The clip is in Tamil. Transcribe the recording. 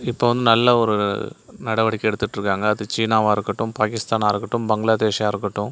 இப்போ வந்து நல்ல ஒரு நடவடிக்கை எடுத்துகிட்டுருக்காங்க அது சீனாவாக இருக்கட்டும் பாகிஸ்தானாக இருக்கட்டும் பங்களாதேஷாக இருக்கட்டும்